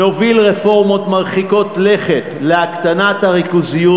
נוביל רפורמות מרחיקות לכת להקטנת הריכוזיות